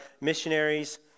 missionaries